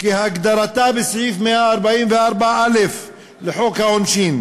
כהגדרתה בסעיף 144א לחוק העונשין,